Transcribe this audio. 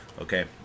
Okay